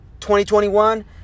2021